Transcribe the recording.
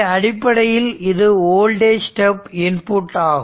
அடிப்படையில் இது voltage step input ஆகும்